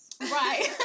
Right